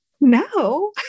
No